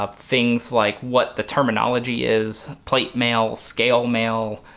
ah things like what the terminology is plate mail, scale mail,